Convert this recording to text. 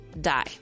die